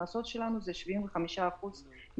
וההכנסות שלנו זה 75% מהתקציב,